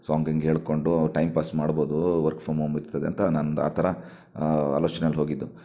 song ಗೀಂಗ್ ಹೇಳಿಕೊಂಡು time pass ಮಾಡ್ಬೋದು ವರ್ಕ್ ಫ್ರಮ್ ಹೋಮ್ ಇರ್ತದೆ ಅಂತ ನಂದು ಆ ಥರ ಆಲೋಚ್ನೇಲಿ ಹೋಗಿದ್ದು